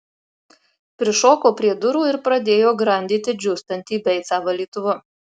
prišoko prie durų ir pradėjo grandyti džiūstantį beicą valytuvu